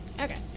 Okay